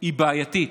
היא בעייתית.